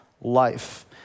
life